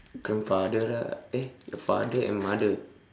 grandfather lah eh your father and mother